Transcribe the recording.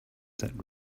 that